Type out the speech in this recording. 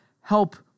help